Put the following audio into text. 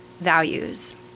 values